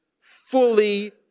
fully